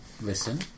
Listen